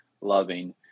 loving